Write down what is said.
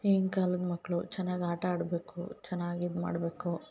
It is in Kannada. ಈಗಿನ ಕಾಲದ ಮಕ್ಕಳು ಚೆನ್ನಾಗಿ ಆಟ ಆಡಬೇಕು ಚೆನ್ನಾಗಿ ಇದು ಮಾಡಬೇಕು